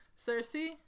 Cersei